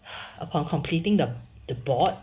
upon completing the the board